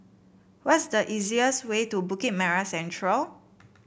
what's the easiest way to Bukit Merah Central